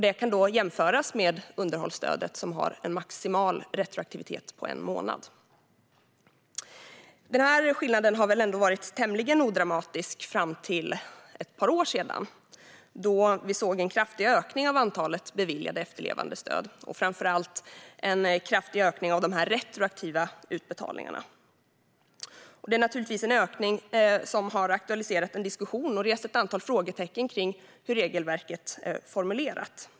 Det kan då jämföras med underhållsstödet som har en maximal retroaktivitet på en månad. Denna skillnad har ändå varit tämligen odramatisk fram till för ett par år sedan, då vi såg en kraftig ökning av antalet beviljade efterlevandestöd och framför allt en kraftig ökning av de retroaktiva utbetalningarna. Det är naturligtvis en ökning som har aktualiserat en diskussion och rest ett antal frågor kring hur regelverket är formulerat.